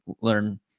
learn